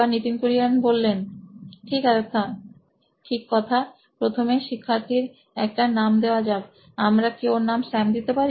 Nitin Kurian C O O নোইন electronics ঠিক কথা প্রথমে শিক্ষার্থীর একটা নাম দেওয়া যাক আমরা কি ওর নাম স্যাম দিতে পারি